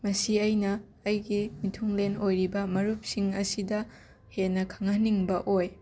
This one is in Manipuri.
ꯃꯁꯤ ꯑꯩꯅ ꯑꯩꯒꯤ ꯃꯤꯊꯨꯡꯂꯦꯟ ꯑꯣꯏꯔꯤꯕ ꯃꯔꯨꯞꯁꯤꯡ ꯑꯁꯤꯗ ꯍꯦꯟꯅ ꯈꯪꯍꯟꯅꯤꯡꯕ ꯑꯣꯏ